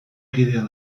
kidea